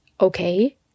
okay